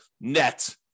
net